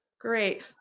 Great